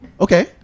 Okay